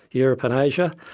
europe and asia,